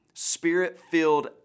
Spirit-filled